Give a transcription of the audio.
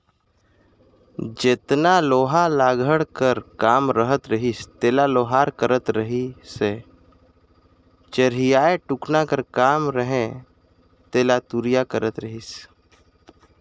जेतना लोहा लाघड़ कर काम रहत रहिस तेला लोहार करत रहिसए चरहियाए टुकना कर काम रहें तेला तुरिया करत रहिस